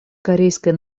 корейская